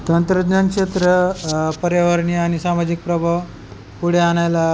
तंत्रज्ञान क्षेत्र पर्यावरणीय आणि सामाजिक प्रभाव पुढे आणायला